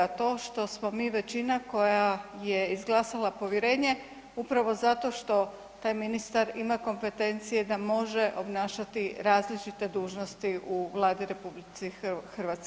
To što smo mi većina koja je izglasala povjerenje upravo zato što taj ministar ima kompetencije da može obnašati različite dužnosti u Vladi RH.